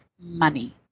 money